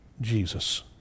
Jesus